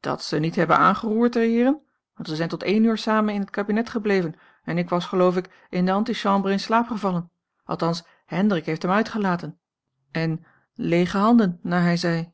dat ze niet hebben aangeroerd de heeren want ze zijn tot één uur samen in het kabinet gebleven en ik was geloof ik in de antichambre in slaap gevallen althans hendrik heeft hem uitgelaten en leege handen naar hij zei